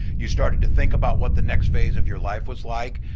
you started to think about what the next phase of your life was like,